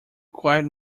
quite